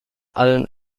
allen